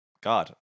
God